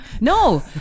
No